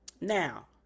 Now